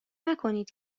نکنید